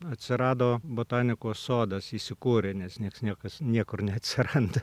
atsirado botanikos sodas įsikūrė nes niekas niekur neatsiranda